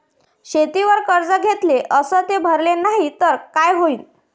शेतीवर कर्ज घेतले अस ते भरले नाही तर काय होईन?